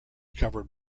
covered